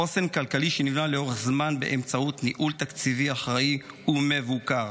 חוסן כלכלי נבנה לאורך זמן באמצעות ניהול תקציבי אחראי ומבוקר.